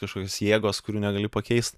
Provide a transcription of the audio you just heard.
kažkokios jėgos kurių negaliu pakeisti